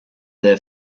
their